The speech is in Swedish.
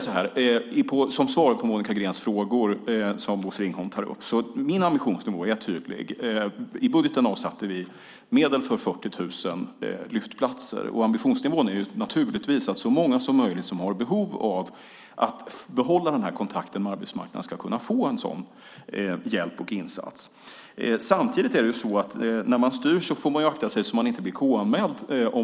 Som svar på Monica Greens första fråga, som Bosse Ringholm tar upp, vill jag säga att min ambitionsnivå är tydlig: I budgeten avsatte vi medel för 40 000 Lyftetplatser. Ambitionsnivån är naturligtvis att så många som möjligt som har behov av att behålla den här kontakten med arbetsmarknaden ska kunna få en sådan hjälp och insats. Samtidigt är det så att man när man styr får akta sig så att man inte blir KU-anmäld.